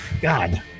God